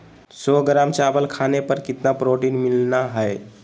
सौ ग्राम चावल खाने पर कितना प्रोटीन मिलना हैय?